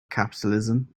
capitalism